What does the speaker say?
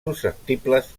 susceptibles